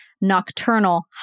nocturnal